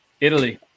Italy